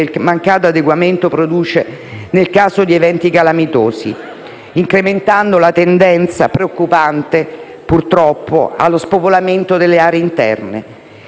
il mancato adeguamento produce nel caso di eventi calamitosi, incrementando la tendenza preoccupante allo spopolamento delle aree interne.